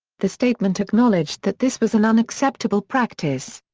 the statement acknowledged that this was an unacceptable practice.